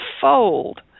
fold